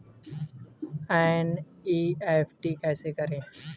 NEFT कैसे करें?